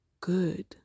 good